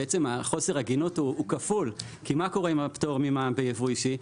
חוסר ההגינות הוא כפול כי מה קורה עם הפטור ממע"מ בייבוא אישי?